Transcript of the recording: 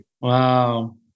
Wow